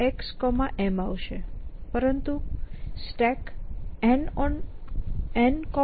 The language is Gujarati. xM આવશે પરંતુ StackN